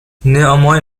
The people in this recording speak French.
néanmoins